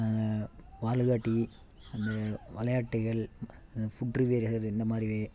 வால் விளையாட்டி அந்த விளையாட்டுகள் அந்த ஃபுட் ரிவ்யூரகர் இந்த மாதிரி